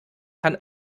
kann